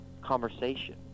conversation